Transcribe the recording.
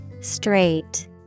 straight